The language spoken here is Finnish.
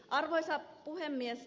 arvoisa puhemies